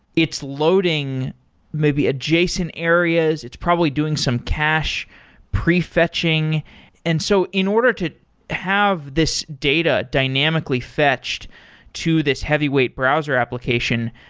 it's loading maybe adjacent areas, it's probably doing some cache prefetching and so in order to have this data dynamically fetched to this heavyweight browser application,